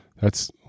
thats